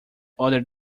other